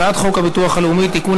הצעת חוק הביטוח הלאומי (תיקון,